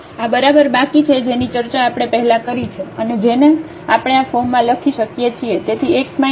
તેથી આ બરાબર બાકી છે જેની ચર્ચા આપણે પહેલાં કરી છે અને જેને આપણે આ ફોર્મમાં લખી શકીએ છીએ